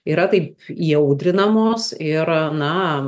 yra taip įaudrinamos ir na